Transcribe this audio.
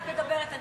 את מדברת.